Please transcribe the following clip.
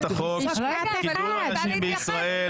החוק לקידום הנשים בישראל -- רגע אחד.